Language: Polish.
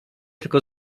tylko